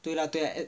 对 lah 对